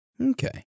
Okay